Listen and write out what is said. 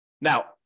Now